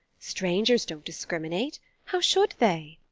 strangers don't discriminate how should they?